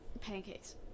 Pancakes